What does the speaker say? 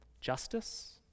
Justice